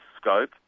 scope